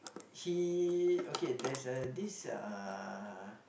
he okay there's a this uh